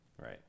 Right